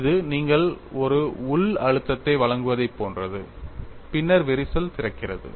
இது நீங்கள் ஒரு உள் அழுத்தத்தை வழங்குவதைப் போன்றது பின்னர் விரிசல் திறக்கிறது